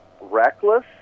reckless